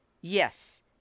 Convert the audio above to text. Yes